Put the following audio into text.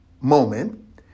moment